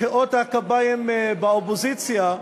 מחיאות הכפיים באופוזיציה,